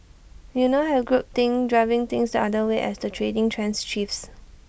you now have group think driving things the other way as the trading trends shifts